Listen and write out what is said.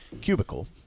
cubicle